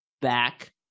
back